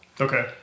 Okay